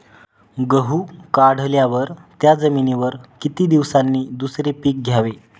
गहू काढल्यावर त्या जमिनीवर किती दिवसांनी दुसरे पीक घ्यावे?